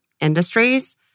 industries